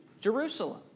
Jerusalem